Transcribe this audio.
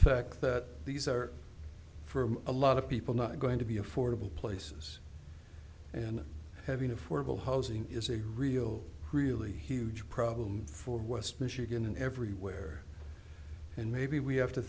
fact that these are for a lot of people not going to be affordable places and having affordable housing is a real really huge problem for west michigan and everywhere and maybe we have to